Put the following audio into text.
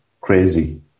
crazy